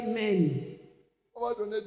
men